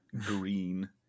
green